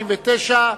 התש"ע 2009,